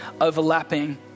overlapping